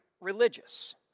religious